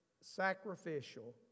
sacrificial